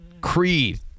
Creed